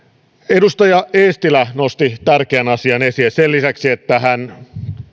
edustaja eestilä nosti tärkeän asian esiin sen lisäksi että hän